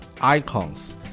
icons